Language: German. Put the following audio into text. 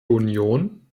union